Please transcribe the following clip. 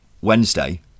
Wednesday